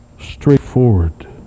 straightforward